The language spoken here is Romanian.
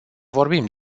vorbim